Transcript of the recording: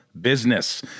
business